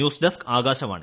news desk Akashvani